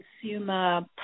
consumer